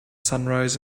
sunrise